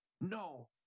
No